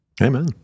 Amen